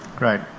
Right